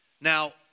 Now